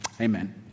amen